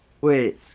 Wait